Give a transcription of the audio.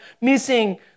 missing